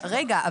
רגע,